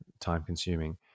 time-consuming